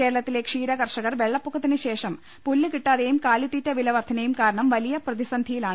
കേരളത്തിലെ ക്ഷീര കർഷകർ വെള്ളപ്പൊക്കത്തിന് ശേഷം പുല്ല് കിട്ടാതെയും കാലിത്തീറ്റ വില വർദ്ധനയും കാരണം വലിയ പ്രതിസന്ധിയിലാണ്